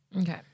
Okay